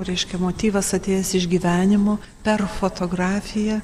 reiškia motyvas atėjęs iš gyvenimo per fotografiją